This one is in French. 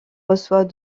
reçoit